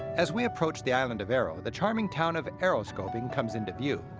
as we approach the island of aero, the charming town of aeroskobing comes into view.